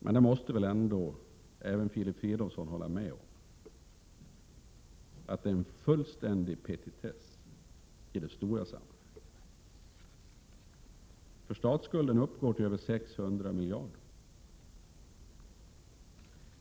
Men Filip Fridolfsson måste väl ändå hålla med om att detta är en petitess i det stora sammanhanget. Statsskulden uppgår till över 600 miljarder.